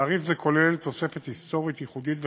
תעריף זה כולל תוספת היסטורית, ייחודית וחריגה,